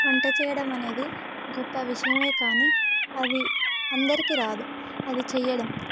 వంట చేయడం అనేది గొప్ప విషయమే కానీ అది అందరికీ రాదు అది చెయ్యడం